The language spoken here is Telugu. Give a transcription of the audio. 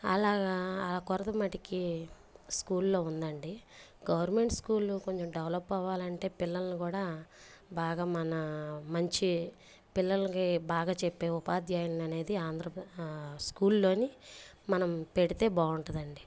అలాగా ఆ కొరత మటికి స్కూల్లో ఉందండి గవర్నమెంట్ స్కూలు కొంచెం డెవలప్ అవ్వాలంటే పిల్లల్ని కూడా బాగా మన మంచి పిల్లలకి బాగా చెప్పే ఉపాధ్యాయులను అనేది ఆంధ్ర స్కూల్లోని మనం పెడితే బాగుంటుంది అండి